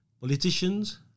politicians